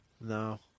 No